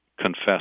confess